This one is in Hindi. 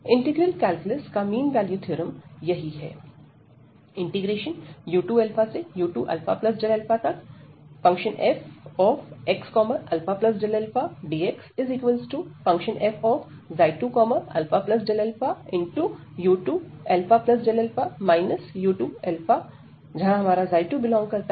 इंटीग्रल कैलकुलस का मीन वैल्यू थ्योरम यही है